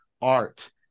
art